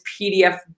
pdf